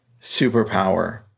superpower